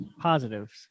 positives